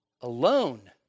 alone